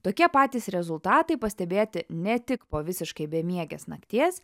tokie patys rezultatai pastebėti ne tik po visiškai bemiegės nakties